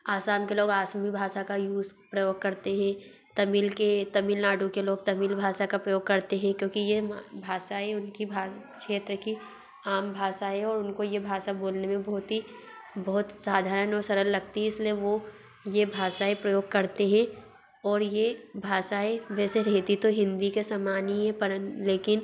आसाम के लोग आसमी भाषा का यूज़ प्रयोग करते हैं तमिल के तमिल नाडु के लोग तमिल भाषा का प्रयोग करते हैं क्योंकि ये भाषाएं उनकी भाग क्षेत्र की आम भाषा है और उनको ये भाषा बोलने मे बहुत ही बहुत साधारण और सरल लगती है इस लिए वो ये भाषाए प्रयोग करते हैं और ये भाषाएं वैसे रहती तो हिन्दी के समान ही है परंतु लेकिन